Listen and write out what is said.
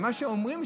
מה שאומרים,